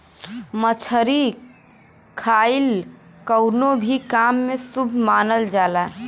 मछरी खाईल कवनो भी काम में शुभ मानल जाला